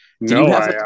No